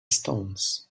stones